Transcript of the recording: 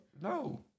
No